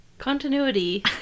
Continuity